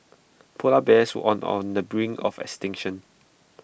Polar Bears on on the brink of extinction